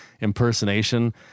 impersonation